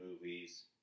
movies